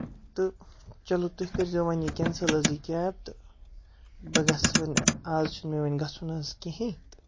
تہٕ چلو تُہۍ کٔرۍ زیو وۄنۍ یہِ کینسل یہِ کیب تہٕ بہٕ گژھٕ وۄنۍ آز چھُنہٕ وۄنۍ مےٚ گژھُن حظ کِہینۍ تہٕ